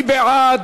מי בעד?